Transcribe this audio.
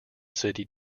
city